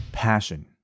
passion